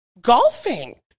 golfing